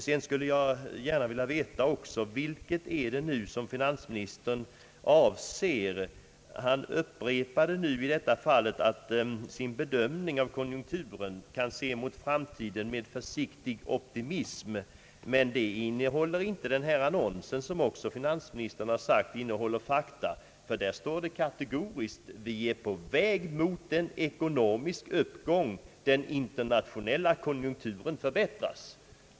Sedan skulle jag gärna vilja veta, vad finansministern egentligen avser. Han upprepade nyss sin bedömning av konjunkturen, nämligen att vi kan se mot framtiden »med försiktig optimism». Detta påstående återfinns inte i den annons, som finansministern har sagt innehåller fakta, ty där står det kategoriskt att vi är på väg mot en ekonomisk uppgång och att den internationella konjunkturen förbättras.